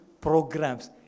programs